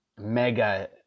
mega